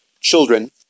children